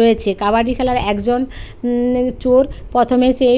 রয়েছে কাবাডি খেলার একজন চোর প্রথমে সে